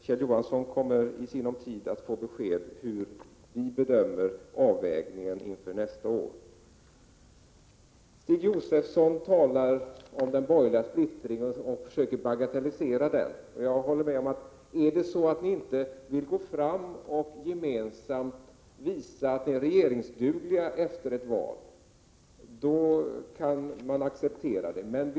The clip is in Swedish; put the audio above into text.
Kjell Johansson kommer i sinom tid att få besked om vilken avvägning inför nästa år som vi bedömer vara lämplig. Stig Josefson försöker bagatellisera den borgerliga splittringen. Om ni inte gemensamt vill visa att ni är regeringsdugliga efter ett val, då kan jag acceptera att ni inte heller talar om hur splittrade ni är.